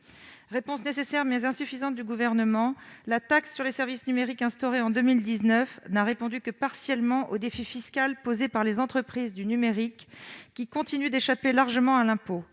Réponse nécessaire, mais insuffisante, du Gouvernement, la taxe sur les services numériques instaurée en 2019 n'a répondu que partiellement au défi fiscal posé par les entreprises du numérique. Ces dernières continuent d'échapper largement à l'impôt.